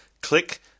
Click